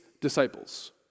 disciples